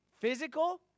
physical